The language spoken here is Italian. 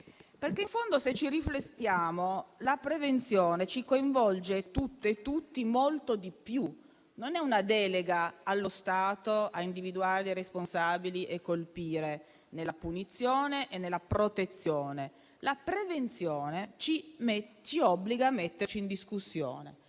perché in fondo, se riflettiamo, la prevenzione ci coinvolge tutte e tutti molto di più. Non è una delega allo Stato a individuare i responsabili e colpire, come nella punizione e nella protezione. La prevenzione ci obbliga a metterci in discussione,